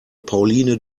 pauline